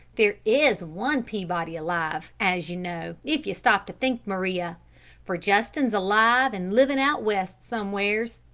there is one peabody alive, as you know, if you stop to think, maria for justin's alive, and livin' out west somewheres.